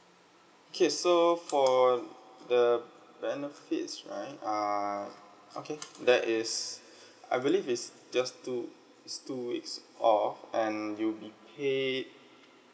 K so for the benefits right err okay that is I believe is just two is two weeks off you'll be paid